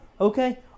Okay